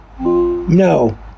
No